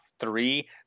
three